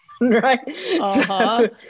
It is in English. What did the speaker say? right